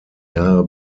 jahre